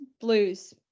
Blues